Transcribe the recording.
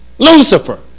Lucifer